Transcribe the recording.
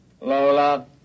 Lola